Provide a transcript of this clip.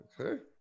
Okay